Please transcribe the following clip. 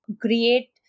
create